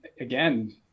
again